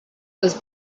was